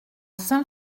saint